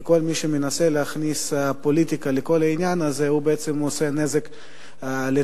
וכל מי שמנסה להכניס פוליטיקה לכל העניין הזה עושה נזק לתלמידים,